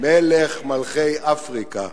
מלך מלכי אפריקה,